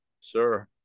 Sir